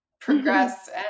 progress